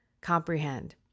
comprehend